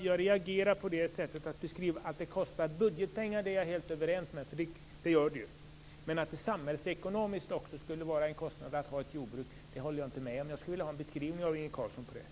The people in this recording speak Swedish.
Jag reagerar mot det. Vi är helt överens om att det kostar budgetpengar, för det gör det ju. Men jag håller inte med om att det skulle vara en samhällsekonomisk kostnad att ha ett jordbruk. Jag skulle vilja ha en beskrivning av det från Inge Carlsson.